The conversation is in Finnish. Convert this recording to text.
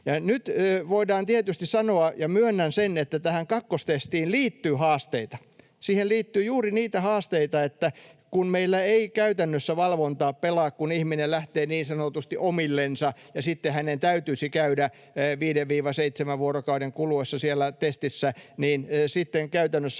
Nyt voidaan tietysti sanoa ja myönnän sen, että tähän kakkostestiin liittyy haasteita. Siihen liittyy juuri niitä haasteita, että meillä ei käytännössä valvonta pelaa, kun ihminen lähtee niin sanotusti omillensa. Hänen täytyisi käydä 5—7 vuorokauden kuluessa siellä testissä, mutta sitten käytännössä